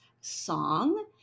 song